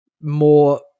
more